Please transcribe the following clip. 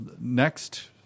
next